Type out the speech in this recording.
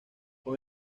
con